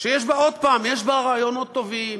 שיש בה, עוד פעם, יש בה רעיונות טובים,